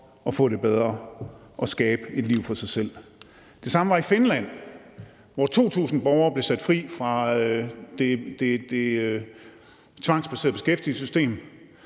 og få det bedre og skabe et liv for sig selv. Det samme skete i Finland, hvor 2.000 borgere blev sat fri fra det tvangsbaserede beskæftigelsessystem,